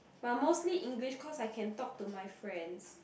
but mostly English cause I can talk to my friends